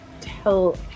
tell